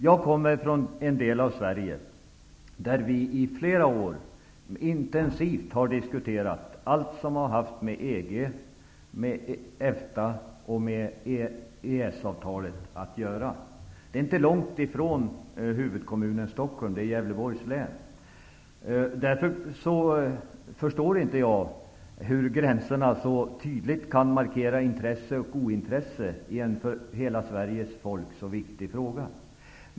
I den del av Sverige som jag kommer ifrån har vi i flera år intensivt diskuterat allt som haft med EG, EFTA och EES-avtalet att göra. Det är inte långt ifrån huvudkommunen Stockholm, eftersom det är Gävleborgs län. Därför förstår jag inte hur gränserna så tydligt kan markera intresse och ointresse i en för hela Sveriges folk så viktig fråga.